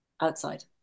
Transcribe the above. outside